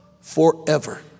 forever